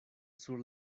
sur